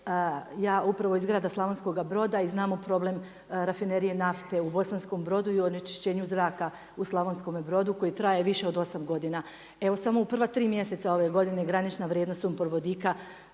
ja upravo iz grada Slavonskoga Broda i znamo problem rafinerije nafte u Bosanskom Brodu i onečišćenju zraka u Slavonskome Brodu koji traje više od 8 godina. Evo samo u prva 3 mjeseca ove godine, granična vrijednost sumporvodika